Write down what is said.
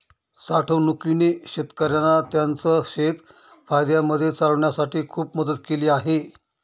साठवणूकीने शेतकऱ्यांना त्यांचं शेत फायद्यामध्ये चालवण्यासाठी खूप मदत केली आहे